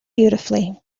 beautifully